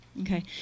Okay